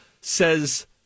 says